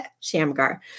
Shamgar